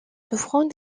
souffrant